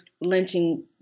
lynching